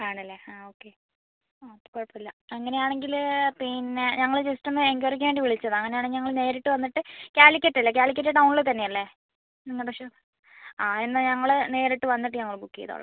ആണല്ലേ ആ ഓക്കെ ആ കുഴപ്പമില്ല അങ്ങനെയാണെങ്കിൽ പിന്നെ ഞങ്ങൾ ജസ്റ്റ് ഒന്ന് എന്ക്വയറിക്ക് വേണ്ടി വിളിച്ചതാണ് അങ്ങനെയാണെങ്കിൽ ഞങ്ങൾ നേരിട്ട് വന്നിട്ട് കാലിക്കറ്റ് അല്ലേ കാലിക്കറ്റ് ടൗണില് തന്നെയല്ലേ നിങ്ങളുടെ ഷോപ്പ് ആ എന്നാൽ ഞങ്ങൾ നേരിട്ട് വന്നിട്ട് ഞങ്ങൾ ബുക്ക് ചെയ്തോളാം